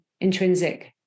intrinsic